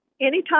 Anytime